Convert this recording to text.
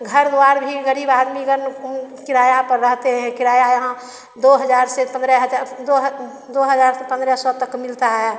घर दुआर भी गरीब आदमी का न कहुँ किराया पर रहते हैं केराया यहाँ दो हजार से पन्द्रे हजार दो दो हजार से पन्द्रह सौ तक का मिलता है